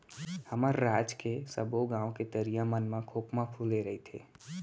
हमर राज के सबो गॉंव के तरिया मन म खोखमा फूले रइथे